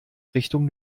richtung